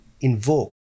invoke